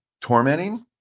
tormenting